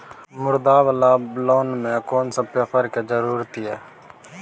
मुद्रा वाला लोन म कोन सब पेपर के जरूरत इ?